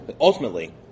Ultimately